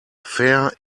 fair